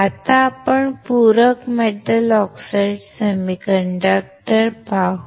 आता आपण पूरक मेटल ऑक्साईड सेमीकंडक्टर पाहू